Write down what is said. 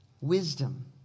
wisdom